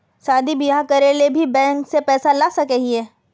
शादी बियाह करे ले भी बैंक से पैसा ला सके हिये?